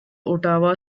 ottawa